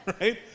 right